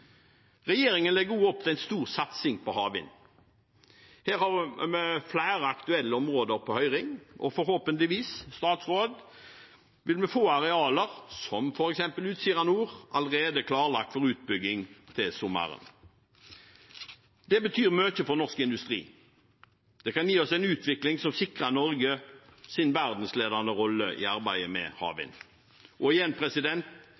Regjeringen legger også opp til en stor satsing på havvind. Her har vi flere aktuelle områder på høring, og forhåpentligvis – statsråd – vil vi få arealer som f.eks. Utsira Nord allerede klarlagt for utbygging til sommeren. Det betyr mye for norsk industri. Det kan gi oss en utvikling som sikrer Norges verdensledende rolle i arbeidet med havvind. Og igjen: